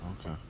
Okay